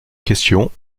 question